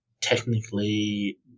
technically